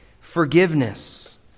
forgiveness